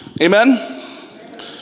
Amen